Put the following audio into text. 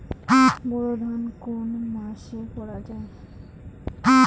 বোরো ধান কোন মাসে করা হয়?